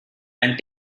and